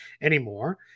anymore